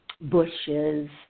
bushes